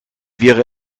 wäre